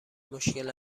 مشکل